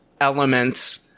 elements –